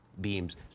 beams